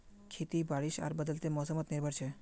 खेती बारिश आर बदलते मोसमोत निर्भर छे